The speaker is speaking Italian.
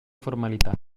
formalità